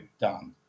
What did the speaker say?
done